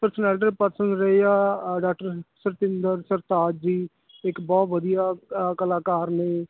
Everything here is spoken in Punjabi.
ਪਰਸਨੈਲਟਡ ਪਰਸਨ ਰਹੇ ਆ ਅ ਡਾਕਟਰ ਸਤਿੰਦਰ ਸਰਤਾਜ ਜੀ ਇੱਕ ਬਹੁਤ ਵਧੀਆ ਕਲਾਕਾਰ ਨੇ